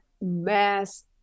mass